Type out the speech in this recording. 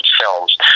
Films